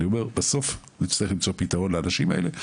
בסוף נצטרך למצוא פתרון לאנשים האלה.